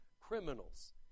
criminals